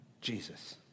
Jesus